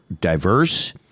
diverse